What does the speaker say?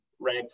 right